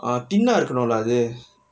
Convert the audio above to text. ah thin னா இருக்குலா அது:naa irukkulaa athu